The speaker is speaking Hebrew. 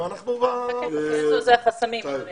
אדוני